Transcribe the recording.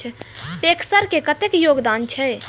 PACS के कतेक योगदान छै?